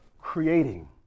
creating